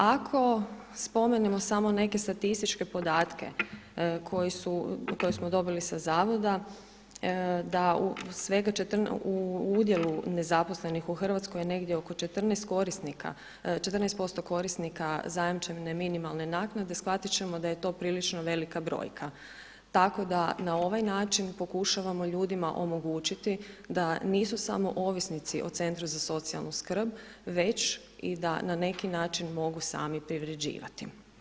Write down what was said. Ako spomenemo samo neke statističke podatke koje smo dobili sa zavoda u udjelu nezaposlenih u Hrvatskoj negdje oko 14% korisnika zajamčene minimalne naknade shvatit ćemo da je to prilično velika brojka, tako da na ovaj način pokušavamo ljudima omogućiti da nisu samo ovisnici o centru za socijalnu skrb, već da i na neki način mogu sami privređivati.